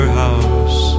house